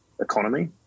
economy